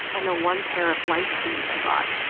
and the one pair of white jeans i bought,